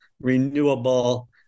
renewable